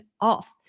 off